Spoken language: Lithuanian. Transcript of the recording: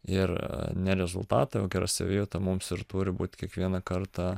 ir ne rezultatą o gera savijauta mums ir turi būt kiekvieną kartą